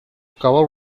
cover